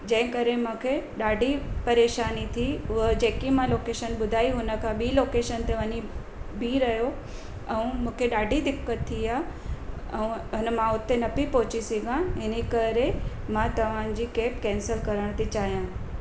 जंहिं करे मूंखे ॾाढी परेशानी थी उहो जेकी मां लोकेशन ॿुधाई हुन खां ॿीं लोकेशन ते वञी बीहु रहियो ऐं मूंखे ॾाढो दिक़त थी आहे ऐं अन मां हुते न पेई पहुची सघां इन करे मां तव्हांजी कैब कैंसल करणु थी चाहियां